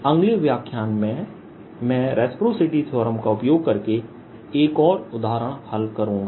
अगले व्याख्यान में मैं रेसप्रासिटी थीअरम का उपयोग करके एक और उदाहरण हल करूँगा